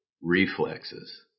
reflexes